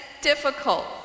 difficult